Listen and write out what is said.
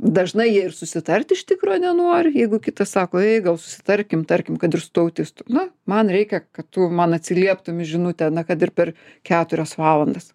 dažnai jie ir susitarti iš tikro nenori jeigu kitas sako ei gal susitarkim tarkim kad ir su tuo autistu na man reikia kad tu man atsilieptum į žinutę na kad ir per keturias valandas